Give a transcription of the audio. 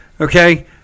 okay